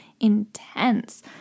intense